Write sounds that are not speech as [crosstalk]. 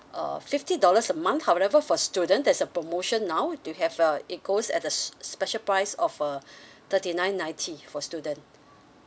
uh fifty dollars a month however for student there's a promotion now do have uh it goes at a s~ special price of uh [breath] thirty nine ninety for student